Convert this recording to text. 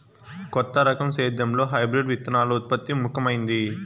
కొత్త రకం సేద్యంలో హైబ్రిడ్ విత్తనాల ఉత్పత్తి ముఖమైంది